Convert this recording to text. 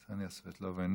קסניה סבטלובה,